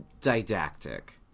didactic